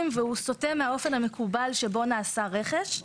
והוא סוטה מהאופן המקובל שבו נעשה רכש.